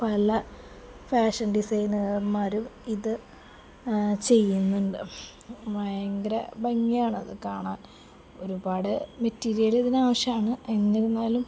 പല ഫാഷൻ ഡിസൈനര്മാരും ഇത് ചെയ്യുന്നുണ്ട് ഭയങ്കരം ഭംഗിയാണത് കാണാൻ ഒരുപാട് മെറ്റീരിയൽ ഇതിനാവശ്യമാണ് എന്നിരുന്നാലും